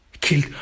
killed